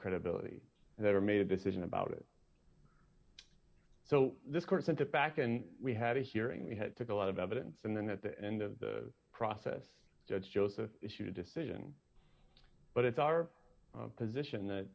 credibility that or made a decision about it so this court sent it back and we had a hearing we had took a lot of evidence and then at the end of the process judge joseph issued a decision but it's our position th